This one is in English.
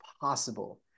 possible